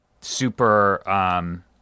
super